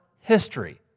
history